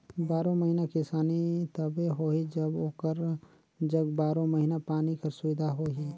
बारो महिना किसानी तबे होही जब ओकर जग बारो महिना पानी कर सुबिधा होही